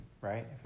right